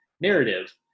narrative